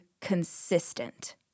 consistent